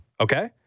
okay